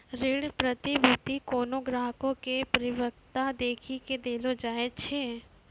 ऋण प्रतिभूती कोनो ग्राहको के परिपक्वता देखी के देलो जाय छै